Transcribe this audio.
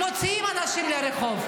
מוציאים אנשים לרחוב,